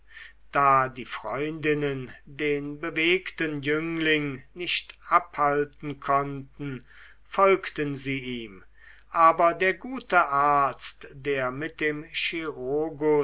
da die freundinnen den bewegten jüngling nicht abhalten konnten folgten sie ihm aber der gute arzt der mit dem chirurgus